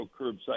curbside